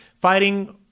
fighting